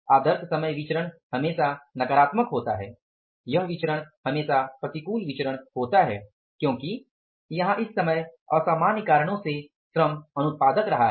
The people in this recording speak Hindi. आदर्श समय विचरण हमेशा नकारात्मक होता है यह विचरण हमेशा प्रतिकूल विचरण होता है क्योंकि यहाँ इस समय असामान्य कारणों से श्रम अनुत्पादक रहा है